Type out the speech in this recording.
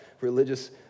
religious